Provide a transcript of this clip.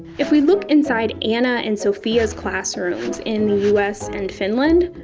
if we look inside anna and sofia's classrooms in the us and finland,